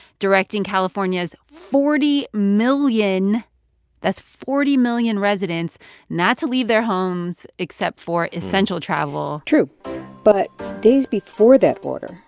directing california's forty million that's forty million residents not to leave their homes except for essential travel true but days before that order,